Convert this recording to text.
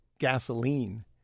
Gasoline